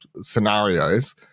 scenarios